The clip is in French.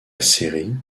série